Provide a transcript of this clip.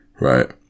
right